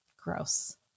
gross